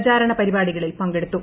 പ്രചാരണ പരിപാടികളിൽ പങ്കെടുത്തു